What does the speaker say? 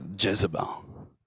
Jezebel